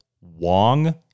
Wong